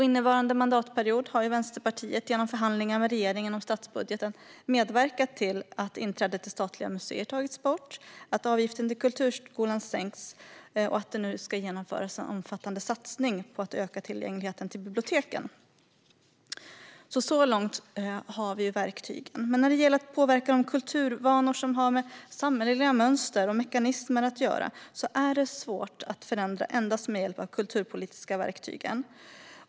Innevarande mandatperiod har Vänsterpartiet genom förhandlingar med regeringen om statsbudgeten medverkat till att inträdet till statliga museer har tagits bort, att avgiften till kulturskolan sänks och att det nu ska genomföras en omfattande satsning på att öka tillgängligheten till biblioteken. Så långt har vi alltså verktygen. När det gäller att påverka de kulturvanor som har med samhälleliga mönster och mekanismer att göra är det svårt att förändra endast med hjälp av de kulturpolitiska verktygen.